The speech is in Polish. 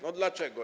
No, dlaczego?